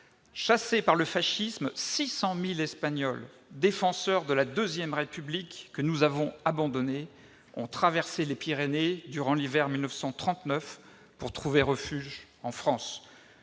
Chassés par le fascisme, 600 000 Espagnols, défenseurs de la deuxième république espagnole, que nous avons abandonnée, ont traversé les Pyrénées durant l'hiver de 1939 pour trouver refuge en France.